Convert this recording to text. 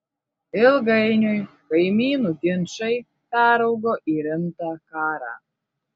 ilgainiui kaimynų ginčai peraugo į rimtą karą